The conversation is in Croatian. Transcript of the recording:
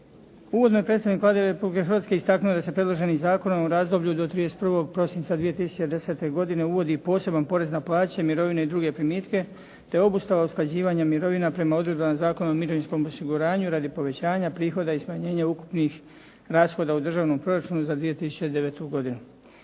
Uvodno je predstavnik Vlade Republike Hrvatske istaknuo da se predloženim zakonom u razdoblju do 31. prosinca 2010. godine uvodi poseban porez na plaće, mirovine i druge primitke, te obustava usklađivanja mirovina prema odredbama Zakona o mirovinskom osiguranju radi povećanja prihoda i smanjenja ukupnih rashoda u Državnom proračunu za 2009. godinu.